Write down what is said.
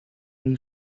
new